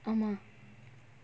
ஆமா:aamaa